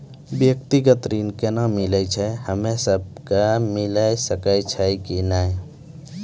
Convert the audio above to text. व्यक्तिगत ऋण केना मिलै छै, हम्मे सब कऽ मिल सकै छै कि नै?